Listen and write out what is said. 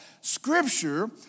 Scripture